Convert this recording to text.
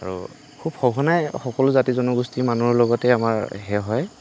আৰু খুব সঘনাই সকলো জাতি জনগোষ্ঠীৰ মানুহৰ লগতে আমাৰ সেই হয়